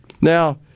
Now